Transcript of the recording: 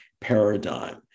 paradigm